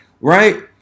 right